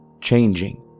changing